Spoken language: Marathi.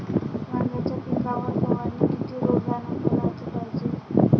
वांग्याच्या पिकावर फवारनी किती रोजानं कराच पायजे?